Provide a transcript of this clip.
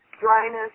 dryness